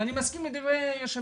ואני מסכים עם דברי היושב-ראש,